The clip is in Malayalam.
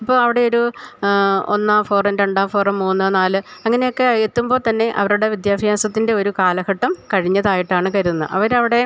ഇപ്പോള് അവിടെ ഒരു ഒന്നാം ഫോറം രണ്ടാം ഫോറം മൂന്ന് നാല് അങ്ങനെയൊക്കെ എത്തുമ്പോള്ത്തന്നെ അവരുടെ വിദ്യാഭ്യാസത്തിൻ്റെ ഒരു കാലഘട്ടം കഴിഞ്ഞതായിട്ടാണ് കരുതന്നത് അവരവിടെ